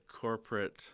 corporate